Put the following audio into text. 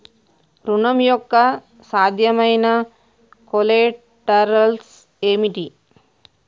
ఋణం యొక్క సాధ్యమైన కొలేటరల్స్ ఏమిటి?